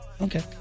Okay